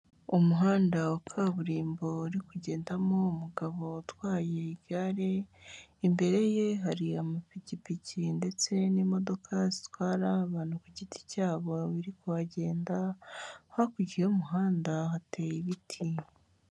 Umuhanda wa kaburimbo wari kugendamo umugabo utwaye igare, imbere ye hari amapikipiki ndetse n'imodoka zitwara abantu ku giti cyabo ba biri kuhagenda, hakurya y'umuhanda hateye ibiti.